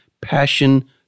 passion